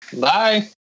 Bye